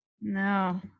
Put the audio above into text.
No